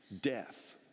death